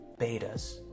betas